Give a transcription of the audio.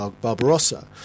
Barbarossa